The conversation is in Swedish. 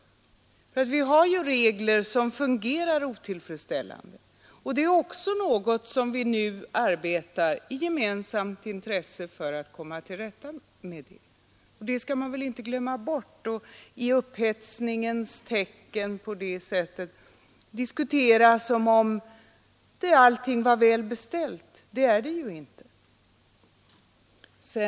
Vi har ju regler som fungerar otillfredsställande, vilket också är någonting som vi i gemensamt intresse arbetar för att komma till rätta med. Det skall man väl inte glömma bort och i upphetsningens tecken diskutera som om allting vore väl beställt, vilket det ju inte är.